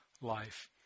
life